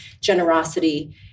generosity